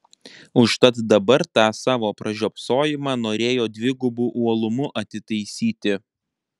užtat dabar tą savo pražiopsojimą norėjo dvigubu uolumu atitaisyti